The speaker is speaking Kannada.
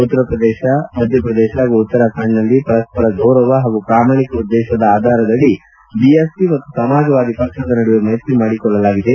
ಉತ್ತರ ಪ್ರದೇಶ ಮಧ್ಯ ಪ್ರದೇಶ ಹಾಗೂ ಉತ್ತರಾಖಂಡ್ನಲ್ಲಿ ಪರಸ್ಪರ ಗೌರವ ಹಾಗೂ ಪ್ರಾಮಾಣಿಕ ಉದ್ದೇಶದ ಆಧಾರದಡಿ ಬಿಎಸ್ಪಿ ಮತ್ತು ಸಮಾಜವಾದಿ ಪಕ್ಷದ ನಡುವೆ ಮೈತ್ರಿ ಮಾಡಿಕೊಳ್ಳಲಾಗಿದೆ